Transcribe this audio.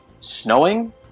snowing